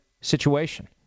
situation